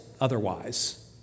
otherwise